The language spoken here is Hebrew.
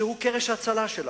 שהוא קרש ההצלה שלנו.